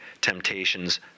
temptations